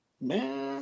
man